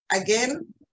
again